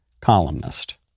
columnist